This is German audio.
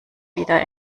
wieder